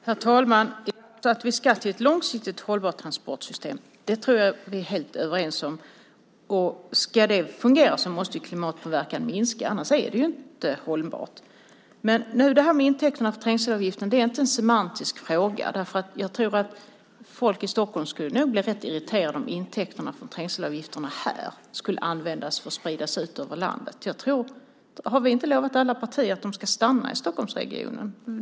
Herr talman! Att vi ska ha ett långsiktigt hållbart transportsystem tror jag att vi är helt överens om. Ska det fungera måste ju klimatpåverkan minska; annars är det ju inte hållbart. Men det här med intäkterna från trängselavgiften är inte en semantisk fråga. Jag tror att folk i Stockholm nog skulle bli rätt irriterade om intäkterna från trängselavgifterna här skulle användas för att spridas ut över landet. Har vi inte i alla partier lovat att de ska stanna i Stockholmsregionen?